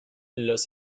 los